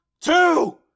Two